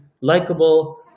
likable